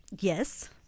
Yes